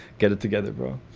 get it together, bro